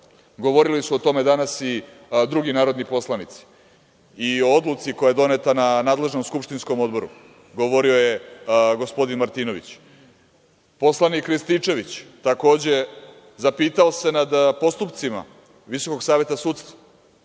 Govorili su o tome danas i drugi narodni poslanici i o odluci koja je doneta na nadležnom skupštinskom odboru. Govorio je gospodin Martinović. Poslanik Rističević takođe zapitao se nad postupcima Visokog saveta sudstva,